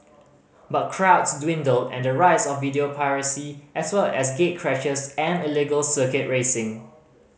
but crowds dwindled and the rise of video piracy as well as gatecrashers and illegal circuit racing